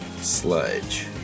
sludge